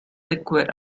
liquid